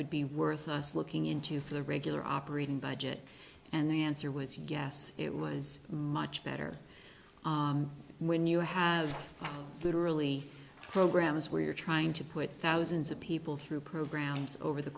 would be worth us looking into for the regular operating budget and the answer was yes it was much better when you have literally programs where you're trying to put thousands of people through programs over the